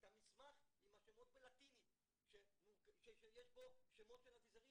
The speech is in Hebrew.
שהמסמך עם השמות בלטינית שיש בו שמות של אביזרים